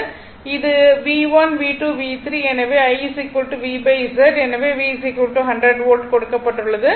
இது V1 V2 V3 எனவே I V Z எனவே V 100 வோல்ட் கொடுக்கப்பட்டுள்ளது